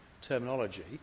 terminology